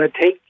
take